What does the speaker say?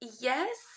Yes